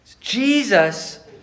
Jesus